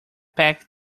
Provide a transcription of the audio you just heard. pack